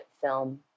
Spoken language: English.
film